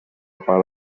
pare